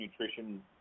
nutrition